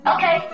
Okay